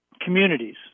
communities